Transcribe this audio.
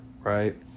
right